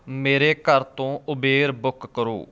ਮੇਰੇ ਘਰ ਤੋਂ ਉਬੇਰ ਬੁੱਕ ਕਰੋ